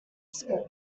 school